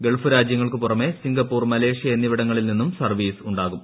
Gulf രാജ്യങ്ങൾക്കു പുറമേ Singapore Malaysia എന്നിവിടങ്ങളിൽ നിന്നും സർവീസ് ഉണ്ടാകും